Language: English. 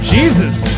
Jesus